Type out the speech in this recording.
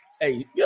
hey